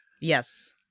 yes